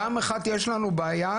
פעם אחת יש לנו בעיה.